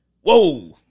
Whoa